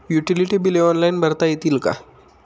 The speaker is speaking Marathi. युटिलिटी बिले ऑनलाईन भरता येतील का?